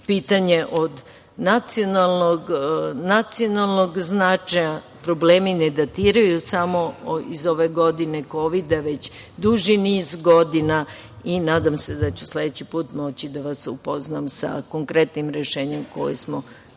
pitanje od nacionalnog značaja, problemi ne datiraju samo iz ove godine Kovida, već duži niz godina i nadam se da ću sledeći put moći da vas upoznam sa konrektnim rešenjem koje smo zajedno